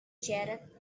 jetted